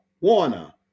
Warner